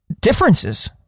differences